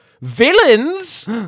villains